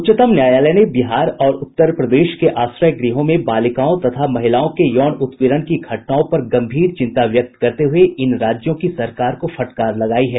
उच्चतम न्यायालय ने बिहार और उत्तर प्रदेश के आश्रय गृहों में बालिकाओं तथा महिलाओं के यौन उत्पीड़न की घटनाओं पर गंभीर चिंता व्यक्त करते हुए इन राज्यों की सरकार को फटकार लगायी है